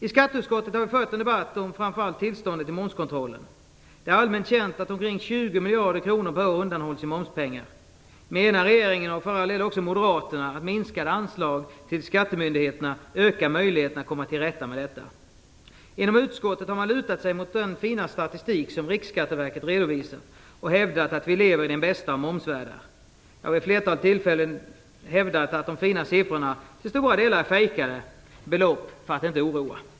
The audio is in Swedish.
I skatteutskottet har vi fört en debatt om framför allt tillståndet i momskontrollen. Det är allmänt känt att omkring 20 miljarder kronor per år undanhålls i momspengar. Menar regeringen, och för all del också moderaterna, att minskade anslag till skattemyndigheterna ökar möjligheterna att komma till rätta med detta? Inom utskottet har man lutat sig mot den fina statistik som Riksskatteverket redovisat och hävdat att vi lever i den bästa av momsvärldar. Jag har vid fleratalet tillfällen hävdat att de "fina" siffrorna till stora delar är "fejkade" belopp för att inte oroa.